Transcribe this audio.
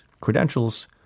credentials